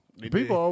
people